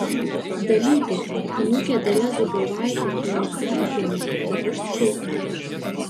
dalytė anūkė dalia zubovaitė palukaitienė dabar skulptorė